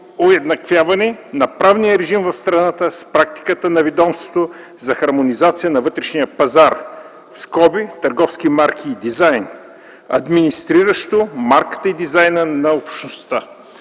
уеднаквяване на правния режим в страната с практиката на ведомството за хармонизация на вътрешния пазар (търговски марки и дизайн), администриращо марката и дизайна на Общността.